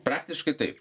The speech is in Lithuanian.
praktiškai taip